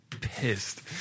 pissed